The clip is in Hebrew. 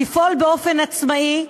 לפעול באופן עצמאי,